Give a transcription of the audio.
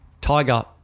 Tiger